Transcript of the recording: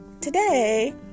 Today